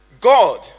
God